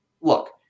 look